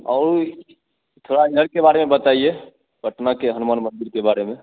और ये थोड़ा इधर के बारे में बताइए पटना के हनुमान मंदिर के बारे में